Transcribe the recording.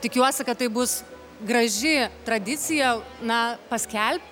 tikiuosi kad tai bus graži tradicija na paskelbti